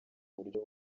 buryo